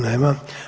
Nema.